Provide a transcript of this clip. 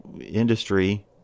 industry